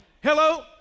hello